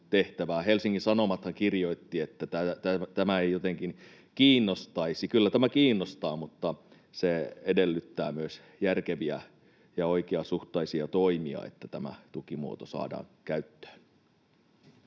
Helsingin Sanomathan kirjoitti, että tämä ei jotenkin kiinnostaisi. Kyllä tämä kiinnostaa, mutta se edellyttää myös järkeviä ja oikeasuhtaisia toimia, että tämä tukimuoto saadaan käyttöön.